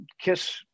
Kiss